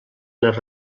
les